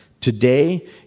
Today